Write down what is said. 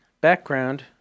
background